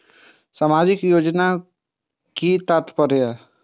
सामाजिक योजना के कि तात्पर्य?